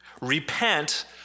Repent